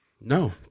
No